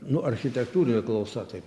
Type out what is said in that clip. nu architektūrinė klausa tai